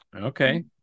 okay